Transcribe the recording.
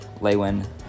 Lewin